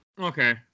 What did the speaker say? Okay